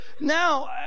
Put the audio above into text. now